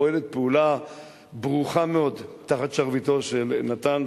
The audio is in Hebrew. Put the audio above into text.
פועלת פעולה ברוכה מאוד תחת שרביטו של נתן,